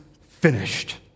finished